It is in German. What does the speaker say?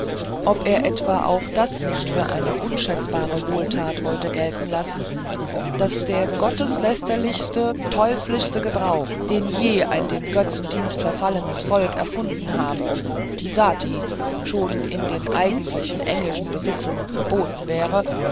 ob er etwa auch das nicht für eine unschätzbare wohltat wollte gelten lassen daß der gotteslästerlichste teuflischste gebrauch den je ein dem götzendienst verfallenes volk erfunden habe die sati schon jetzt in den eigentlichen britischen besitzungen verboten wäre